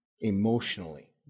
emotionally